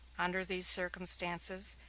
under these circumstances,